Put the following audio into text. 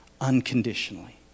unconditionally